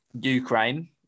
Ukraine